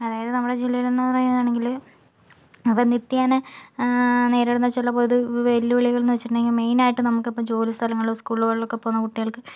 അതായത് നമ്മുടെ ജില്ലയിലെ എന്ന് പറയുകയാണെങ്കിൽ ഇപ്പോൾ നിത്യേന നേരിടുന്ന ചില പൊതു വെല്ലുവിളികൾ എന്ന് വെച്ചിട്ടുണ്ടെങ്കിൽ മെയിൻ ആയിട്ട് നമുക്കിപ്പോൾ ജോലിസ്ഥലങ്ങളിലും സ്കൂളുകളിലൊക്കെ പോകുന്ന കുട്ടികൾക്ക്